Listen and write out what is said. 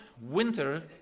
winter